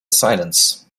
silence